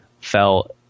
fell